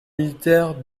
militaires